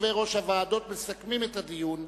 יושבי-ראש הוועדות מסכמים את הדיון.